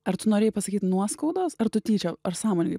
ar tu norėjai pasakyt nuoskaudos ar tu tyčia ar sąmoningai